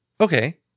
Okay